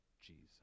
Jesus